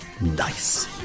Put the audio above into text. nice